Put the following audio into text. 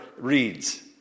reads